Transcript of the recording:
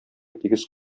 тигез